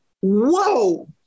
whoa